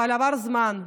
אבל עבר זמן.